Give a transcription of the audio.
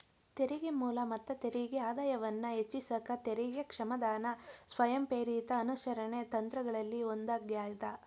ತೆರಿಗೆ ಮೂಲ ಮತ್ತ ತೆರಿಗೆ ಆದಾಯವನ್ನ ಹೆಚ್ಚಿಸಕ ತೆರಿಗೆ ಕ್ಷಮಾದಾನ ಸ್ವಯಂಪ್ರೇರಿತ ಅನುಸರಣೆ ತಂತ್ರಗಳಲ್ಲಿ ಒಂದಾಗ್ಯದ